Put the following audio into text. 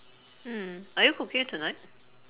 mm are you cooking it tonight